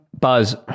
Buzz